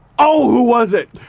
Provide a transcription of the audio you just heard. oh, who was it?